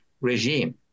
regime